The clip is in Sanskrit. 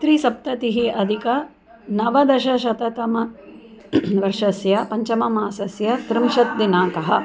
त्रिसप्तति अधिक नवदशशततम वर्षस्य पञ्चममासस्य त्रिंशत् दिनाङ्कः